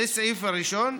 זה הסעיף הראשון.